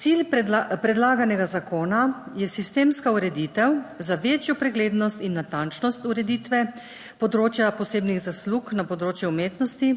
Cilj predlaganega zakona je sistemska ureditev za večjo preglednost in natančnost ureditve področja posebnih zaslug na področju umetnosti